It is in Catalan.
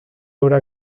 haurà